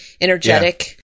energetic